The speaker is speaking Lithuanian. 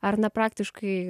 ar na praktiškai